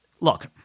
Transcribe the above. look